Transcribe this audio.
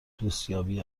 دوستیابی